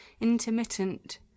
intermittent